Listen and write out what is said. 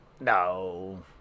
no